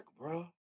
bro